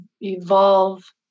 evolve